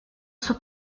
sua